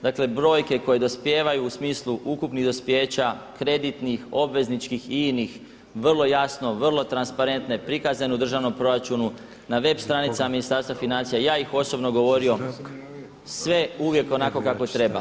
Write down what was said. Dakle brojke koje dospijevaju u smislu ukupnih dospijeća, kreditnih, obveznički i inih vrlo jasno, vrlo transparentne prikazane u državnom proračunu, na web stranicama Ministarstva financija, ja ih osobno govorio, sve uvijek onako kako treba.